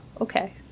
okay